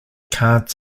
cards